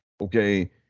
Okay